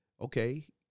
okay